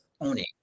owning